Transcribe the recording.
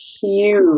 huge